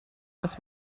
als